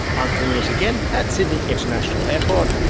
i'm filming us again at sydney international airport.